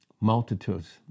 Multitudes